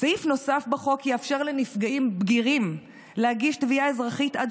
סעיף נוסף בחוק יאפשר לנפגעים בגירים להגיש תביעה אזרחית עד